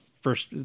First